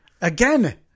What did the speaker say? Again